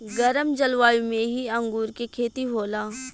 गरम जलवायु में ही अंगूर के खेती होला